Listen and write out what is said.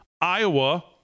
Iowa